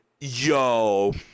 yo